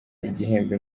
igihembo